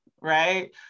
right